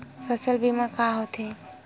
फसल बीमा का होथे?